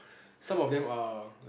some of them are like